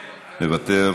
מוותר,